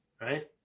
Right